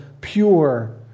Pure